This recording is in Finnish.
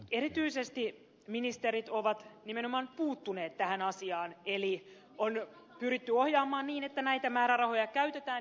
erityisesti ministerit ovat nimenomaan puuttuneet tähän asiaan eli on pyritty ohjaamaan niin että näitä määrärahoja käytetään